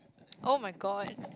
oh-my-god